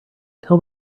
tell